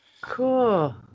Cool